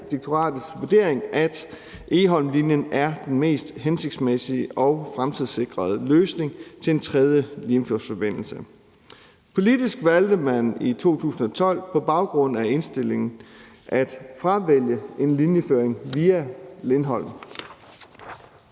Vejdirektoratets vurdering, at Egholmlinjen er den mest hensigtsmæssige og fremtidssikrede løsning til en 3. Limfjordsforbindelse.« Politisk valgte man i 2012 på baggrund af indstillingen at fravælge en linjeføring via Lindholm.